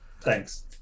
thanks